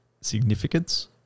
significance